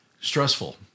Stressful